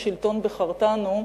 לשלטון בחרתנו"